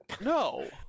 No